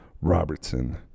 Robertson